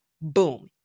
Boom